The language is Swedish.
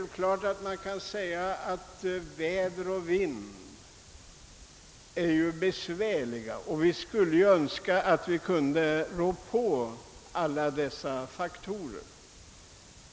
Väder och vind är besvärliga faktorer, och vi skulle önska att vi kunde rå på dem.